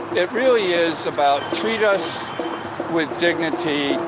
it really is about treat us with dignity.